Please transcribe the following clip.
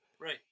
Right